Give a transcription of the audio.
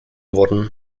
worden